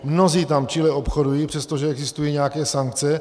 Mnozí tam čile obchodují, přestože existují nějaké sankce.